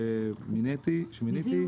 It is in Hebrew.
שמיניתי.